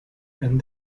and